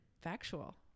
factual